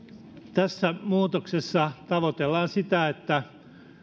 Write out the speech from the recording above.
tässä muutoksessa tavoitellaan sitä että